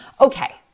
Okay